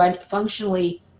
functionally